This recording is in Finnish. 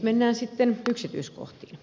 mennään sitten yksityiskohtiin